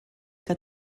que